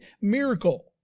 miracle